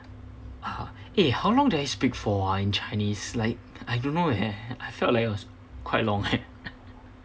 eh how long did I speak for ah in chinese like I don't know eh I felt like it was quite long eh